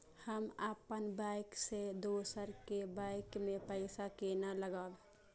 हम अपन बैंक से दोसर के बैंक में पैसा केना लगाव?